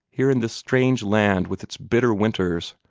here in this strange land with its bitter winters,